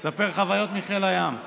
נספר חוויות מחיל הים.